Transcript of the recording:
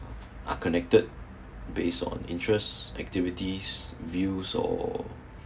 are connected base on interest activities views or